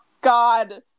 God